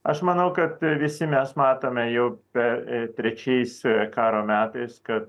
aš manau kad visi mes matome jog pe trečiais karo metais kad